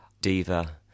diva